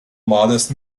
modest